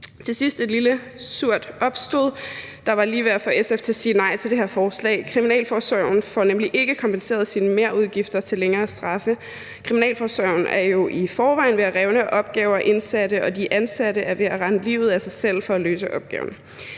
Til sidst et lille surt opstød om noget, der var lige ved at få SF til at sige nej til det her forslag. Kriminalforsorgen får nemlig ikke kompenseret sine merudgifter til længere straffe. Kriminalforsorgen er jo i forvejen ved at revne af opgaver og indsatte, og de ansatte er ved at rende livet af sig for at løse opgaverne.